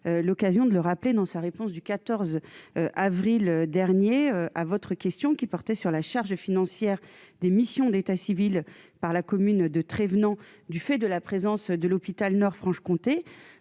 l'occasion de le rappeler dans sa réponse du 14 avril dernier à votre question, qui portait sur la charge financière des missions d'état civil par la commune de trêve, non du fait de la présence de l'hôpital Nord Franche Comté,